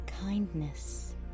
kindness